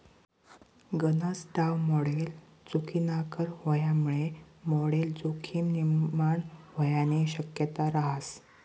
गनज दाव मॉडल चुकीनाकर व्हवामुये मॉडल जोखीम निर्माण व्हवानी शक्यता रहास